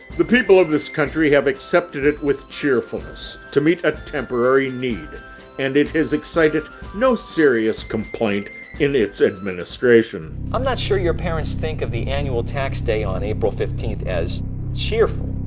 the people of this country have accepted it with cheerfulness, to meet a temporary need and it has excited no serious complaint in its administration. i'm not sure your parents think of the annual tax day on april fifteenth as cheerful.